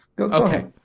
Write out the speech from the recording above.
Okay